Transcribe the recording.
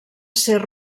ser